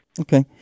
Okay